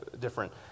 different